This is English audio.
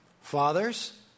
Fathers